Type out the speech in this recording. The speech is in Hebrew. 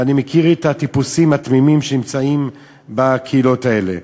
ואני מכיר את הטיפוסים התמימים שנמצאים בקהילות האלה.